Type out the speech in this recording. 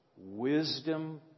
Wisdom